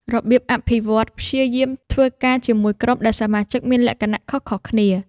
របៀបអភិវឌ្ឍន៍ ព្យាយាមធ្វើការជាមួយក្រុមដែលសមាជិកមានលក្ខណៈខុសៗគ្នា។